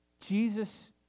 Jesus